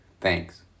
Thanks